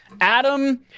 Adam